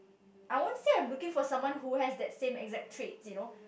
I won't say I'm looking for someone who has that same exact traits you know